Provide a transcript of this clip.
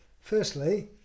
Firstly